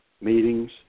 meetings